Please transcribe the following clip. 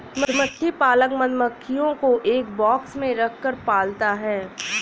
मधुमक्खी पालक मधुमक्खियों को एक बॉक्स में रखकर पालता है